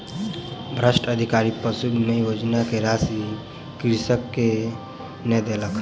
भ्रष्ट अधिकारी पशु बीमा योजना के राशि कृषक के नै देलक